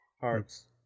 hearts